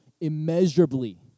immeasurably